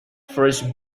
first